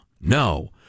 No